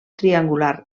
triangular